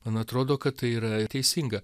man atrodo kad tai yra teisinga